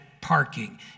parking